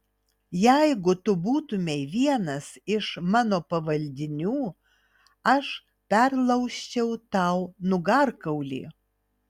jeigu tu būtumei vienas iš mano pavaldinių aš perlaužčiau tau nugarkaulį